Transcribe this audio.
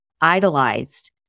idolized